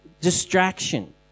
distraction